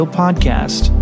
podcast